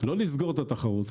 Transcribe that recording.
לא לסגור את התחרות.